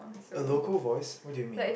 a local voice what do you mean